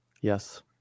Yes